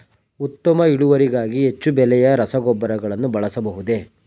ಉತ್ತಮ ಇಳುವರಿಗಾಗಿ ಹೆಚ್ಚು ಬೆಲೆಯ ರಸಗೊಬ್ಬರಗಳನ್ನು ಬಳಸಬಹುದೇ?